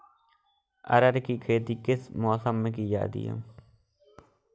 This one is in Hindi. अरहर की खेती किस मौसम में की जाती है?